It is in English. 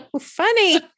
funny